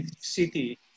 city